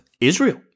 Israel